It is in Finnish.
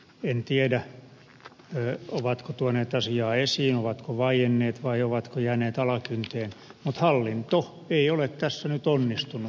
en tiedä ovatko tuoneet asiaa esiin ovatko vaienneet vai ovatko jääneet alakynteen mutta hallinto ei ole tässä nyt onnistunut